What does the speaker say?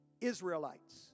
Israelites